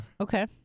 Okay